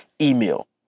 email